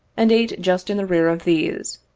and eight just in the rear of these,